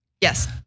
Yes